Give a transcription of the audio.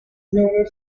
noted